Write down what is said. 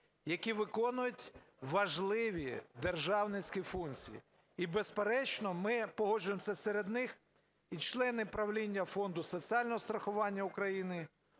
які виконують важливі державницькі функції. І, безперечно, ми погоджуємося, серед них і члени правління Фонду соціального страхування України,